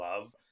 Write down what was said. love